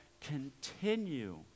continue